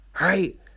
right